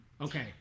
Okay